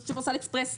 אקספרס,